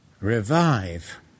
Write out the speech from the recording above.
revive